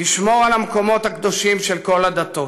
תשמור על המקומות הקדושים של כל הדתות".